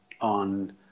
on